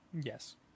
yes